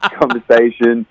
conversation